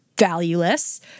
Valueless